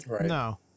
No